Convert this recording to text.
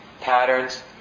patterns